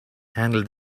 handle